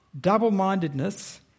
Double-mindedness